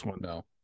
no